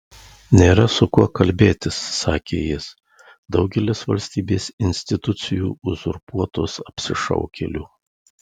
nėra su kuo kalbėtis sakė jis daugelis valstybės institucijų uzurpuotos apsišaukėlių